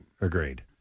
Agreed